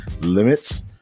limits